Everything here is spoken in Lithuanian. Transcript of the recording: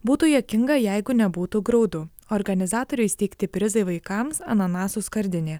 būtų juokinga jeigu nebūtų graudu organizatorių įsteigti prizai vaikams ananasų skardinė